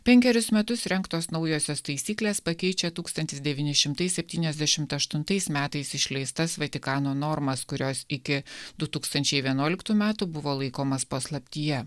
penkerius metus rengtos naujosios taisyklės pakeičia tūkstantis devyni šimtai septyniasdešimt aštuntais metais išleistas vatikano normas kurios iki du tūkstančiai vienuoliktų metų buvo laikomas paslaptyje